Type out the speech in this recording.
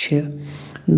چھِ